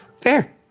Fair